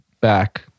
back